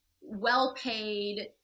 well-paid